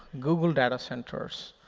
google data centers.